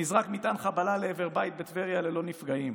נזרק מטען חבלה לעבר בית בטבריה ללא נפגעים,